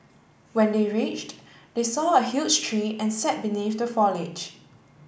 when they reached they saw a huge tree and sat beneath the foliage